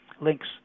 links